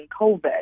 COVID